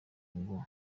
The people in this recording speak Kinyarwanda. ngo